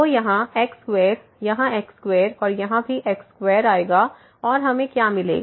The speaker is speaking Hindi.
तो यहाँ x2 यहाँ x2 और यहाँ भी x2 आएगा और हमें क्या मिलेगा